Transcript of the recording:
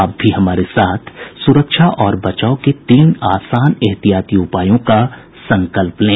आप भी हमारे साथ सुरक्षा और बचाव के तीन आसान एहतियाती उपायों का संकल्प लें